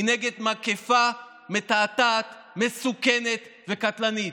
היא נגד מגפה מתעתעת, מסוכנת וקטלנית.